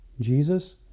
Jesus